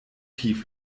tief